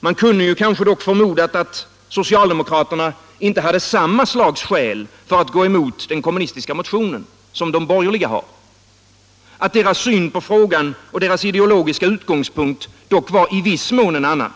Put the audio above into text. Man kunde ju kanske dock förmoda, att socialdemokraterna inte hade samma slags skäl för att gå emot den kommunistiska motionen som de borgerliga har. Att deras syn på frågan och deras ideologiska utgångspunkt dock var i viss mån en annan.